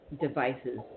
devices